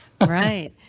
Right